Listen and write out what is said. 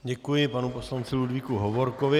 Děkuji panu poslanci Ludvíku Hovorkovi.